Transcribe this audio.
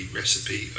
recipe